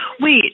Wait